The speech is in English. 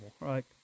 right